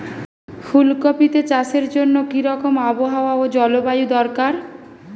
ফুল কপিতে চাষের জন্য কি রকম আবহাওয়া ও জলবায়ু দরকার?